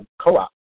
co-op